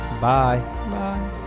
Bye